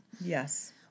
Yes